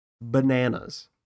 bananas